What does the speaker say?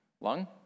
Lung